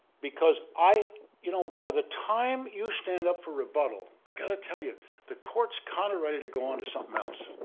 because you know by the time you stand up for rebuttal. i got to tell you the courts kinda ready to go on to something else.